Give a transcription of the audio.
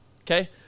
Okay